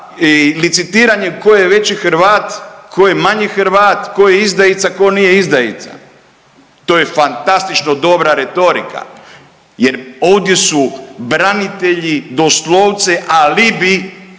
i licitiranje tko je veći Hrvat, tko je manji Hrvat, tko je izdajica, tko nije izdajica. To je fantastično dobra retorika, jer ovdje su branitelji doslovce alibi